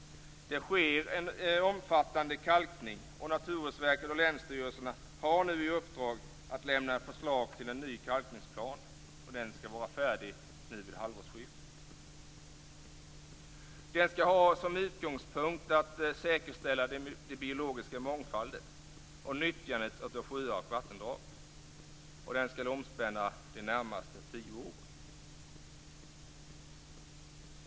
Det sker en omfattande kalkning, och Naturvårdsverket och länsstyrelserna har nu i uppdrag att lämna förslag till en ny kalkningsplan. Den skall vara färdig nu vid halvårsskiftet. Den skall ha som utgångspunkt att säkerställa den biologiska mångfalden och nyttjandet av sjöar och vattendrag. Den skall omspänna de närmaste tio åren.